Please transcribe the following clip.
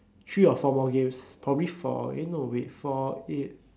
three or four more games probably four eh no wait four eight